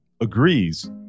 agrees